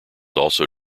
also